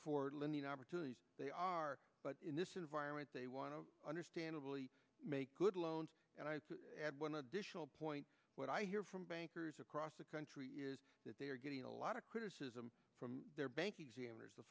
the opportunities they are but in this environment they want to understandably make good loans and i add one additional point what i hear from bankers across the country is that they are getting a lot of criticism from their bank examiners the